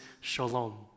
shalom